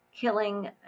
killing